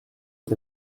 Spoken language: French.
est